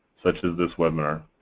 such as this webinar.